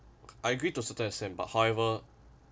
I agreed to a certain extent but however